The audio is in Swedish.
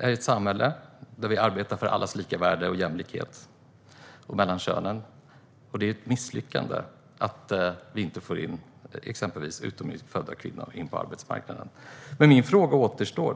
har vi ett samhälle där vi arbetar för allas lika värde och jämlikhet, även mellan könen. Det är ett misslyckande att vi inte får in exempelvis utomeuropeiskt födda kvinnor på arbetsmarknaden. Min fråga kvarstår.